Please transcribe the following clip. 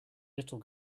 little